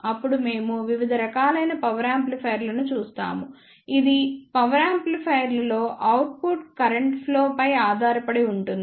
అప్పుడు మేము వివిధ రకాలైన పవర్ యాంప్లిఫైయర్లను చూస్తాము ఇది యాంప్లిఫైయర్ లో అవుట్పుట్ కరెంట్ ఫ్లో పై ఆధారపడి ఉంటుంది